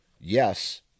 yes